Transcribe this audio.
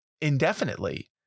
indefinitely